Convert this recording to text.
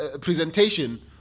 presentation